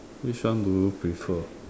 which one do you prefer